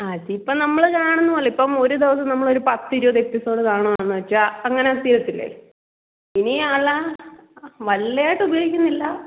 അതിപ്പം നമ്മൾ കാണുന്നത് പോലെ ഇപ്പം ഒരു ദിവസം നമ്മളൊരു പത്തിരുപത് എപ്പിസോഡ് കാണുകയാണെന്ന് വെച്ചോ അങ്ങനെ തീരത്തില്ലേ ഇനി അല്ല വലുതായിട്ട് ഉപയോഗിക്കുന്നില്ല